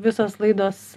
visos laidos